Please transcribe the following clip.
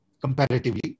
comparatively